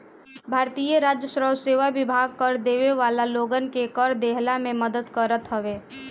भारतीय राजस्व सेवा विभाग कर देवे वाला लोगन के कर देहला में मदद करत हवे